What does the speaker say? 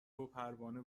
وپروانه